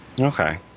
Okay